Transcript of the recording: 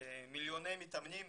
מיליוני מתאמנים.